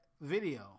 video